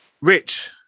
Rich